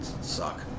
suck